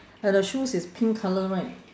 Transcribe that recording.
and her shoes is pink colour right